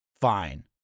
Fine